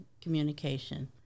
communication